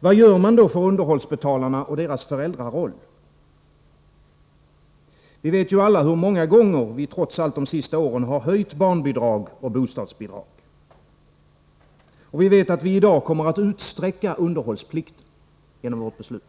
Vad gör man då för underhållsbetalarna och deras föräldraroll? Vi vet hur många gånger vi de senaste tio åren höjt barnbidrag och bostadsbidrag. Vi vet att vi genom vårt beslut i dag kommer att utsträcka underhållsplikten. Men vilken hjälp bereder vi de underhållsskyldiga?